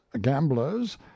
gamblers